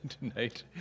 tonight